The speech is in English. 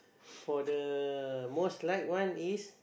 for the most like one is